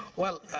well,